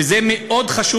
וזה מאוד חשוב,